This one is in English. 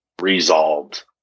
resolved